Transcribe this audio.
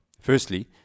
Firstly